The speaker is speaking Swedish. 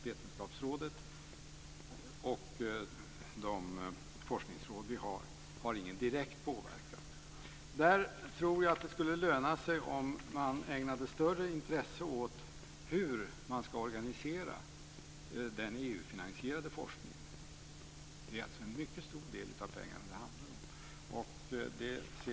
Vetenskapsrådet och forskningsråden har ingen direkt påverkan. Jag tror att det skulle löna sig om man ägnade större intresse åt hur man ska organisera den EU finansierade forskningen. Det är alltså en mycket stor del av pengarna det handlar om.